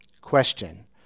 question